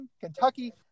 Kentucky